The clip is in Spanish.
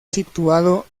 situado